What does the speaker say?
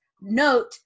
note